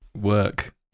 work